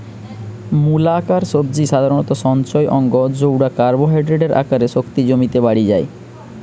মূলাকার সবজি সাধারণত সঞ্চয় অঙ্গ জউটা কার্বোহাইড্রেটের আকারে শক্তি জমিতে বাড়ি যায়